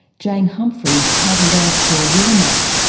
jane humphries paddled out for a warm up.